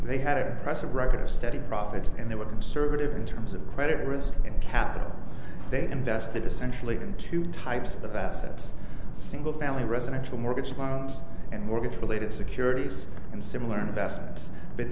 they had a press a record of steady profits and they were conservative in terms of credit risk and capital they invested essentially in two types of assets single family residential mortgage loans and mortgages related securities and similar investments but